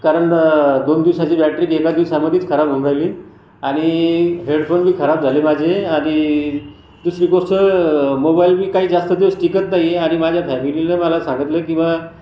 कारण दोन दिवसांची बॅटरी बी एका दिवसात खराब होऊन राहिली आणि हेडफोन बी खराब झाले माझे आणि दुसरी गोष्ट मोबाईल बी काही जास्त दिवस टिकत नाही आणि माझ्या फॅमिलीनं मला सांगितलं की बा